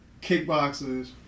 kickboxers